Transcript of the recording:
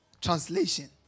Translation